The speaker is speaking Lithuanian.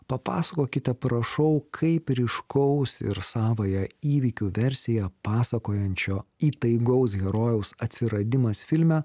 papasakokite prašau kaip ryškaus ir savąją įvykių versiją pasakojančio įtaigaus herojaus atsiradimas filme